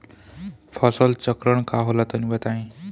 फसल चक्रण का होला तनि बताई?